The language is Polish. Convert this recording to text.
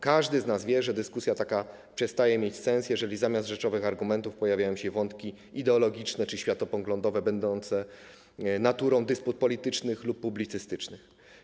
Każdy z nas wie, że dyskusja taka przestaje mieć sens, jeżeli zamiast rzeczowych argumentów pojawiają się wątki ideologiczne czy światopoglądowe, będące naturą dysput politycznych lub publicystycznych.